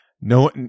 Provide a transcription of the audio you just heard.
no